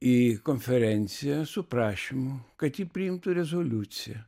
į konferenciją su prašymu kad ji priimtų rezoliuciją